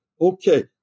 okay